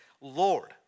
Lord